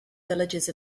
villages